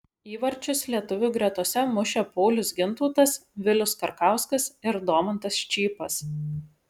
įvarčius lietuvių gretose mušė paulius gintautas vilius karkauskas ir domantas čypas